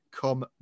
come